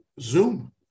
Zoom